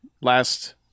last